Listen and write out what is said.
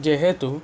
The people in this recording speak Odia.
ଯେହେତୁ